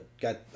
got